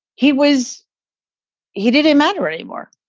he was he didn't matter anymore